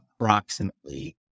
approximately